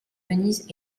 venise